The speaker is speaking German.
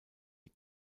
die